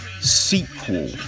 Sequel